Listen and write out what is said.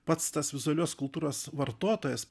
pats tas vizualios kultūros vartotojas